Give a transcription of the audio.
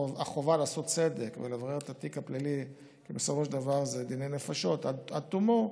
החובה לעשות צדק ולברר את התיק הפלילי עד תומו,